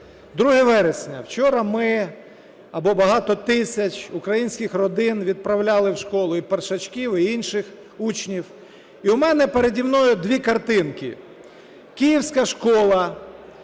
2 вересня. Вчора ми або багато тисяч українських родин відправляли в школу і первачків, і інших учнів. І у мене переді мною дві картинки. Київська школа,